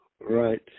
Right